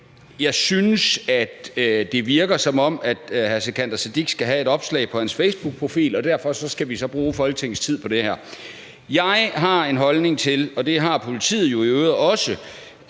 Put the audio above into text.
Jeg synes, det virker, som om hr. Sikandar Siddique skal have et opslag på sin facebookprofil, og derfor skal vi så bruge Folketingets tid på det her. Jeg har den holdning, og det har politiet jo i øvrigt også,